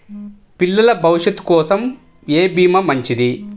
పిల్లల భవిష్యత్ కోసం ఏ భీమా మంచిది?